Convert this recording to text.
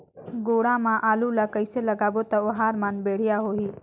गोडा मा आलू ला कइसे लगाबो ता ओहार मान बेडिया होही?